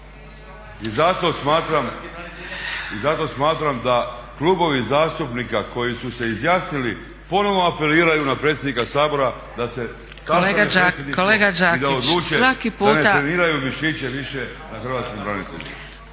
I zato smatram da klubovi zastupnika koji su se izjasnili ponovo apeliraju na predsjednika Sabora da se sastane predsjedništvo i da odluče … **Zgrebec, Dragica